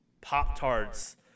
Pop-Tarts